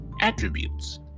attributes